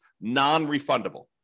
non-refundable